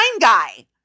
guy